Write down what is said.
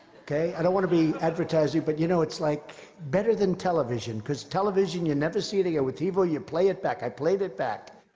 okay? i don't want to be advertising, but, you know, it's, like, better than television, cause television, you never see it. yeah with tivo, you play it back. i played it back.